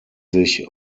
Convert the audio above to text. sich